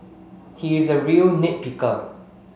he is a real nit picker